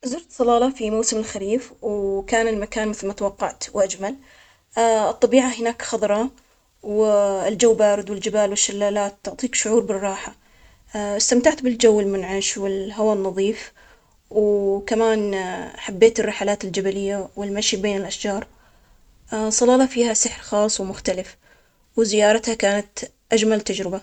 أنا زرت جبل شمس, وكانت هذه الزيارة تجربة رائعة, المناظر هناك تخبل, والجو بارد ومنعش, استمتعت بالتنزة و باستكشاف الطبيعة هناك, كمان شفت الغروب اللي كان جميل جداً وساحر, الأجواء هناك تعطيك راحة نفسية, كل زاوية فيها تحس فيها بالسكون وبالجمال وإبداع الرب الخالق.